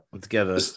together